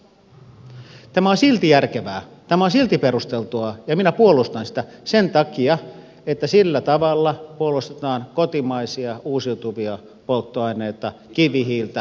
tämä on silti järkevää tämä on silti perusteltua ja minä puolustan sitä sen takia että sillä tavalla puolustetaan kotimaisia uusiutuvia polttoaineita kivihiiltä vastaan